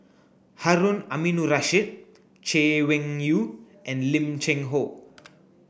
Harun Aminurrashid Chay Weng Yew and Lim Cheng Hoe